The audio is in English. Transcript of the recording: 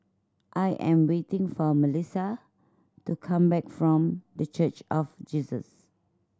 I am waiting for Melisa to come back from The Church of Jesus